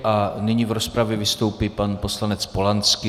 A nyní v rozpravě vystoupí pan poslanec Polanský.